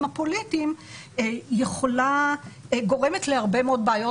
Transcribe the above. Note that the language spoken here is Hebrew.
הפוליטיים גורמת להרבה מאוד בעיות,